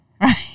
Right